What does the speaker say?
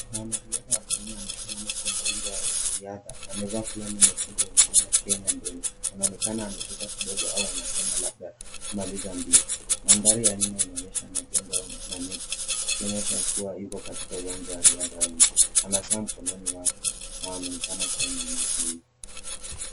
Mwanariadha wa kiume amesimama kwenye uga wa riadha, amevaa fulana nyekundu yenye neno Kenya mbele. Anaonekana amechoka kidogo au amaehema labda akimaliza mbio. Mandhari ya nyuma inaonyesha majengo au maneti ikionyesha kuwa yuko katika uwanja wa riadha wa inje. Ana saa mkononi mwake na anaonekana kuwa na umakini.